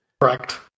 Correct